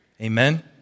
Amen